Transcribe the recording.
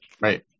Right